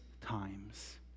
times